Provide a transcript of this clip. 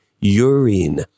urine